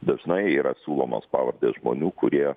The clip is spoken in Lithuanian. dažnai yra siūlomos pavardės žmonių kurie